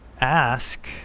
ask